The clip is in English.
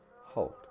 Hold